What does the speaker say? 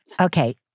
Okay